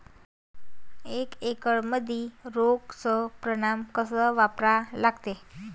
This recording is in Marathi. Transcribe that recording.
एक एकरमंदी रोगर च प्रमान कस वापरा लागते?